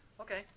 Okay